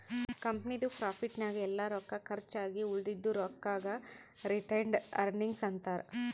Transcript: ಕಂಪನಿದು ಪ್ರಾಫಿಟ್ ನಾಗ್ ಎಲ್ಲಾ ರೊಕ್ಕಾ ಕರ್ಚ್ ಆಗಿ ಉಳದಿದು ರೊಕ್ಕಾಗ ರಿಟೈನ್ಡ್ ಅರ್ನಿಂಗ್ಸ್ ಅಂತಾರ